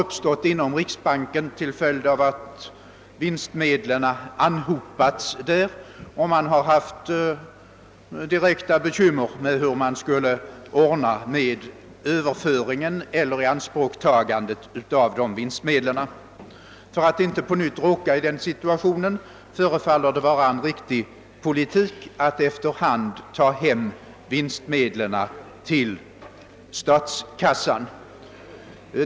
uppstått inom riksbanken till följd av att vinstmedlen anhopats där, och man har fått tillgripa diverse arrangemang för att ordna med överföringen eller ianspråktagandet av vinstmedlen. För att man inte på nytt skall råka i den situationen förefaller det vara en riktig politik att efter hand ta hem vinstmedlen till statskassan.